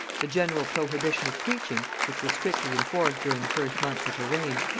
the general prohibition of preaching, which was strictly enforced during the first months of her reign,